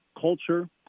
culture